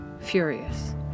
furious